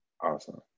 awesome